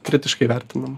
kritiškai vertinam